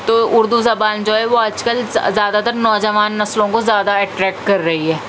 تو اردو زبان جو ہے وہ آج کل زیادہ تر نو جوان نسلوں کو زیادہ اٹریکٹ کر رہی ہے